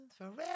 Forever